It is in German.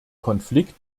konflikt